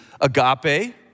agape